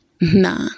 Nah